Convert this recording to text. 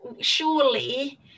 surely